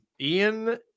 Ian